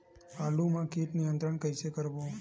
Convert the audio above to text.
आलू मा कीट नियंत्रण कइसे करबो?